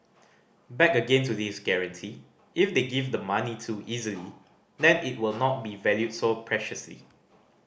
back again to this guarantee if they give the money too easily then it will not be valued so preciously